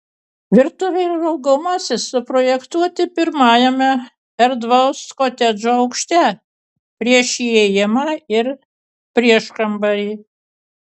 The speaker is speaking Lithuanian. virtuvė ir valgomasis suprojektuoti pirmajame erdvaus kotedžo aukšte prieš įėjimą ir prieškambarį